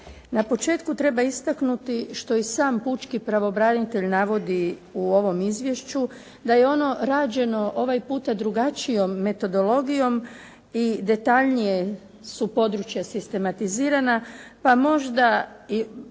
Na početku treba istaknuti što i sam pučki pravobranitelj navodi u ovom izvješću da je ono rađeno ovaj puta drugačijom metodologijom i detaljnije su područja sistematizirana pa možda